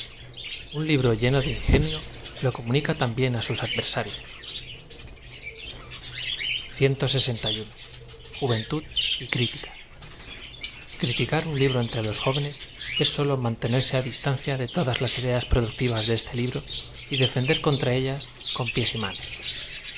un libro lleno de ingenio lo comunica también á bus adversarios uventud y critica criticar un libro entre los jóvenes es aólo mantener se á distancia de todaa las ideas productivas de este libro y defender contra ellas con pies y manos el